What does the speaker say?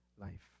life